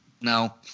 No